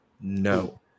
no